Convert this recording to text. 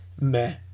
Meh